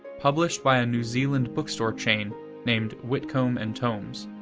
published by a new zealand bookstore chain named whitcombe and tombs.